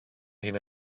been